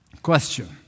Question